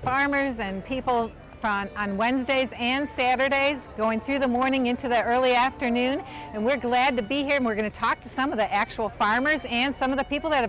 farmers and people on wednesdays and saturdays going through the morning into the early afternoon and we're glad to be here we're going to talk to some of the actual farmers and some of the people that have